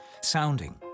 sounding